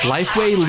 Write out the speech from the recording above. Lifeway